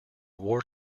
war